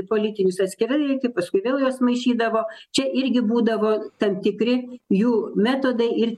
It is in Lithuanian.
politinius atskirai reikia paskui vėl juos maišydavo čia irgi būdavo tam tikri jų metodai ir